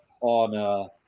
on